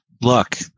look